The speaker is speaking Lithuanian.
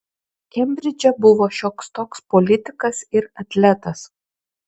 kembridže buvo šioks toks politikas ir atletas